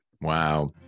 Wow